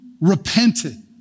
repented